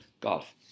golf